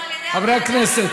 חברי הכנסת,